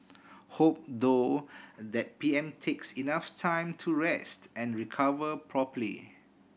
hope though that P M takes enough time to rest and recover properly